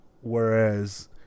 whereas